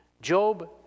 Job